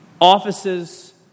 offices